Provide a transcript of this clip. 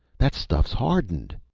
that stuff's hardened.